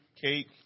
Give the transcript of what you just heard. cake